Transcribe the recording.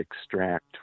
extract